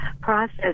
process